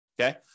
okay